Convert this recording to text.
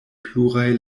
pluraj